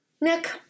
Nick